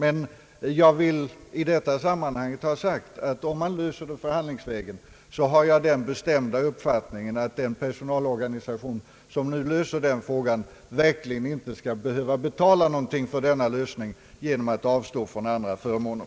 Emellertid vill jag i detta sammanhang uttrycka den bestämda uppfattningen att om personalorganisationen nu åstadkommer en lösning förhandlingsvägen skall man verkligen inte behöva betala någonting för denna lösning genom att avstå från andra förmåner.